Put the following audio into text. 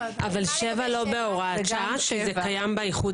7 לא בהוראת שעה כי זה קיים באיחוד